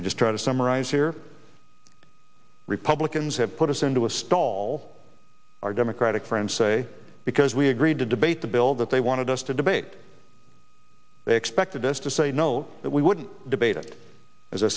we just try to summarize here republicans have put us into a stall our democratic friends say because we agreed to debate the bill that they wanted us to debate they expected us to say no that we wouldn't debate it as i